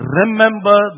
remember